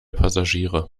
passagiere